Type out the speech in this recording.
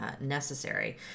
necessary